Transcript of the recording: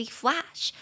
flash